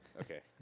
Okay